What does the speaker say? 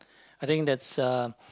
I think that's uh